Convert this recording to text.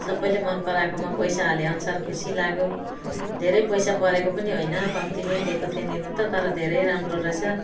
सबैले मनपराएकोमा पैसा हाले अनुसारको खुसी लाग्यो धैरै पैसा परेको पनि होइन कम्तीमै लिएको थिएँ लिनु त तर धेरै राम्रो रहेछ